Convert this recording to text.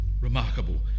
remarkable